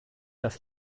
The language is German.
das